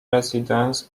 residence